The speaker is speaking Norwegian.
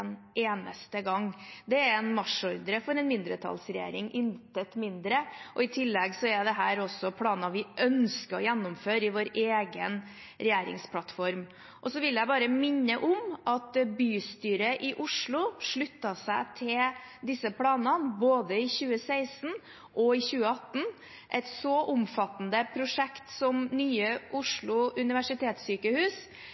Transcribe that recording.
eneste gang. Det er en marsjordre for en mindretallsregjering, intet mindre, og i tillegg er dette også planer vi ønsker å gjennomføre i vår egen regjeringsplattform. Jeg vil bare minne om at bystyret i Oslo sluttet seg til disse planene, både i 2016 og i 2018. Et så omfattende prosjekt som Nye